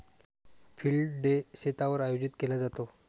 field day शेतावर आयोजित केला जातो